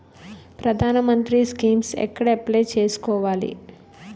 ప్రధాన మంత్రి స్కీమ్స్ ఎక్కడ అప్లయ్ చేసుకోవాలి?